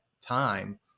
time